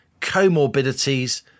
comorbidities